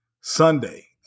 Sunday